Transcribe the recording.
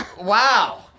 wow